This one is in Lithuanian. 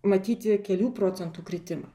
matyti kelių procentų kritimą